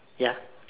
ya